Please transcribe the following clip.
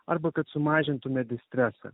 arba kad sumažintume distresą